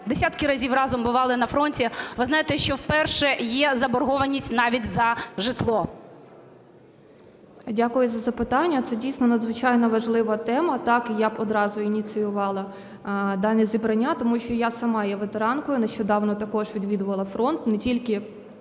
десятки разів разом бували на фронті, ви знаєте, що вперше є заборгованість навіть за житло. 14:49:14 ЗІНКЕВИЧ Я.В. Дякую за запитання. Це дійсно надзвичайно важлива тема. Так, я б одразу ініціювала дане зібрання, тому що я сама є ветеранкою, нещодавно також відвідувала фронт,